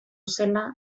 zela